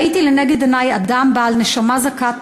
ראיתי לנגד עיני אדם בעל נשמה זכה,